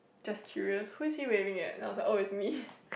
just curious who is he waving at then i was like oh it's me